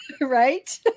right